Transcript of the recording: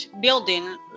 building